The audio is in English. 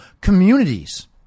communities